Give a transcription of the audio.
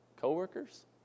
coworkers